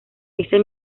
ese